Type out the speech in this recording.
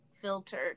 filtered